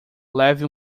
leve